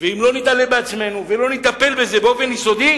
ואם לא נתעלה על עצמנו ולא נטפל בזה באופן יסודי,